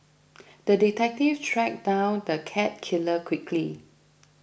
the detective tracked down the cat killer quickly